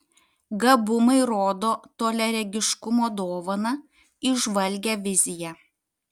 gabumai rodo toliaregiškumo dovaną įžvalgią viziją